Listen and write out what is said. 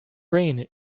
brain